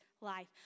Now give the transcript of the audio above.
life